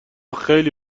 خیلی